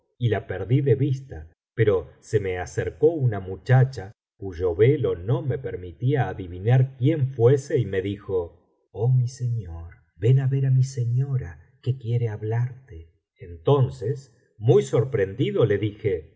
y la perdí de vista pero se me acercó una muchacha cuyo velo no me permitía adivinar quién fuese y me dijo oh mi señor ven á ver á mi señora que quiere hablarte entonces muy sorprendido le dije